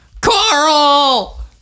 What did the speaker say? Carl